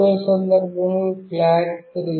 మూడవ సందర్భంలోఫ్లాగ్ 3